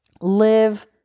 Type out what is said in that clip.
live